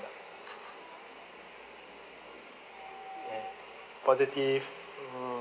product ya positive mm